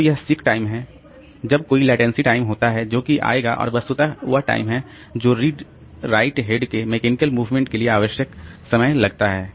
तो यह seek time है जब कोई लेटेंसी टाइम होता है जोकि आएगा और वस्तुतः वह टाइम है जो रीड राइट हेड के मेकेनिकल मूवमेंट के लिए आवश्यक समय लगता है